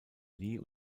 lee